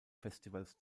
festivals